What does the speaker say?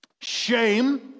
shame